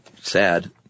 sad